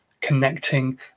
connecting